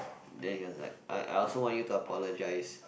then he was like I I also want you to apologise